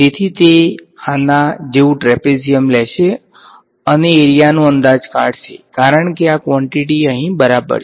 તેથી તે આના જેવું ટ્રેપેઝિયમ લેશે અને એરીયાનો અંદાજ કાઢશે કારણ કે આ ક્વોંટીટી અહીં બરાબર છે